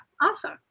awesome